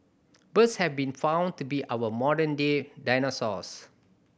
birds have been found to be our modern day dinosaurs